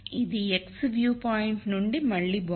ఇది x view point నుండి మళ్ళీ బాగుంది